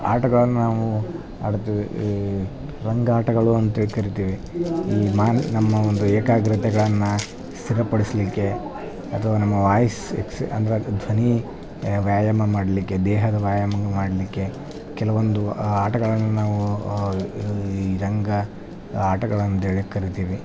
ಆಟಗಳನ್ನು ನಾವು ಆಡ್ತೀವಿ ಈ ರಂಗಾಟಗಳು ಅಂತೇಳಿ ಕರೀತೀವಿ ಈ ಮಾನ ನಮ್ಮ ಒಂದು ಏಕಾಗ್ರತೆಗಳನ್ನು ಸರಿಪಡಿಸ್ಲಿಕ್ಕೆ ಅಥವಾ ನಮ್ಮ ವಾಯ್ಸ್ ಎಕ್ಸ್ ಅಂದ್ರೆ ಅದು ಧ್ವನಿ ವ್ಯಾಯಾಮ ಮಾಡಲಿಕ್ಕೆ ದೇಹದ ವ್ಯಾಯಾಮ ಮಾಡಲಿಕ್ಕೆ ಕೆಲವೊಂದು ಆಟಗಳನ್ನು ನಾವು ಈ ರಂಗ ಆಟಗಳೆಂದೇಳಿ ಕರೀತೀವಿ